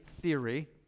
theory